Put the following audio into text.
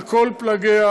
על כל פלגיה.